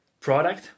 product